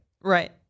Right